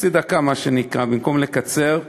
חצי דקה, מה שנקרא, במקום לקצר.